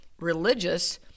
Religious